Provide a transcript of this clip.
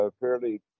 fairly